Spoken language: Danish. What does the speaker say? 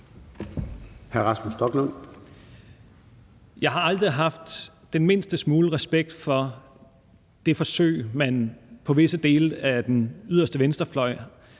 Jeg har aldrig haft den mindste smule respekt for det forsøg, man på visse dele af den yderste venstrefløj